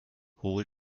hol